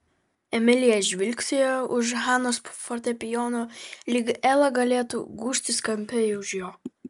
emilija žvilgtelėjo už hanos fortepijono lyg ela galėtų gūžtis kampe už jo